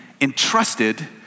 entrusted